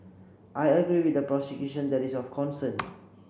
I agree with the prosecution that is of concern